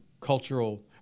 cultural